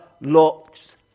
looks